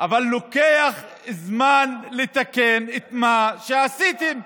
אבל לוקח זמן לתקן את מה שעשיתם.